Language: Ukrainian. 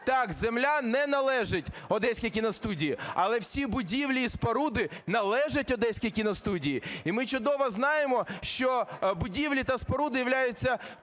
Так, земля не належить Одеській кіностудії, але всі будівлі і споруди належать Одеській кіностудії. І ми чудово знаємо, що будівлі та споруди